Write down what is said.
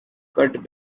cut